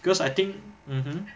because I think mmhmm